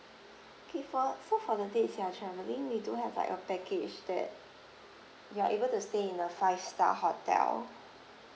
okay for so for the day of your travelling we do have like a package that you're able to stay in a five star hotel